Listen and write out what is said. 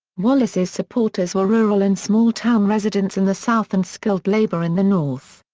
wallace's supporters were rural and small town residents in the south and skilled labor in the north.